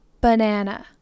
Banana